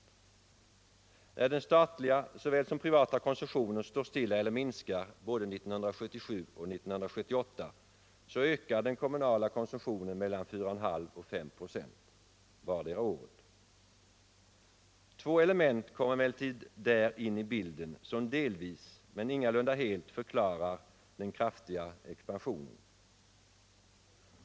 När såväl den statliga som den privata konsumtionen står stilla eller minskar både 1977 och 1978, så ökar den kommunala konsumtionen med 4,5—-5 "a vardera året. Två moment kommer emellertid där in i bilden som delvis men ingalunda helt förklarar den kraftiga expansionen.